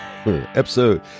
Episode